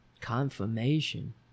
Confirmation